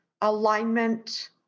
alignment